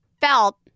felt